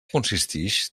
consistix